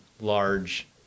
large